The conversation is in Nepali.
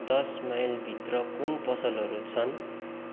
दस माइलभित्र कुन पसलहरू छन्